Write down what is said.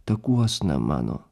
takuosna mano